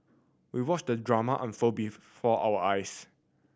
we watched the drama unfold before our eyes